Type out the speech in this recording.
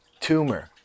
tumor